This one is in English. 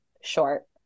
short